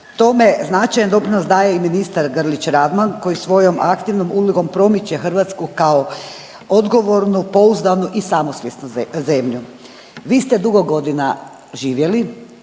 Tome značajan doprinos daje i ministar Grlić Radman koji svojom aktivnom ulogom promiče Hrvatsku kao odgovornu, pouzdanu i samosvjesnu zemlju. Vi ste dugo godina živjeli